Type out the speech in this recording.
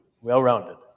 Well-rounded